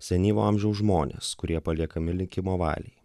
senyvo amžiaus žmonės kurie paliekami likimo valiai